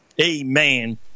Amen